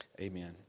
amen